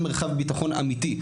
אין מרחב ביטחון אמיתי,